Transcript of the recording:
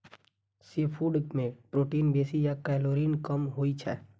seafood मे protein बेसी आ कैलोरी कम होइ छै